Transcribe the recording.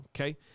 okay